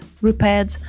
repaired